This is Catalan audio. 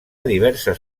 diverses